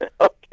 Okay